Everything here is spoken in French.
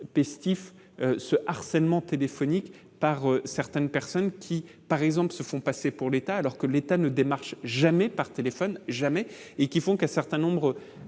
pestiféré ce harcèlement téléphonique par certaines personnes qui par exemple se font passer pour l'État, alors que l'État ne démarche jamais par téléphone jamais et qui font qu'un certain nombre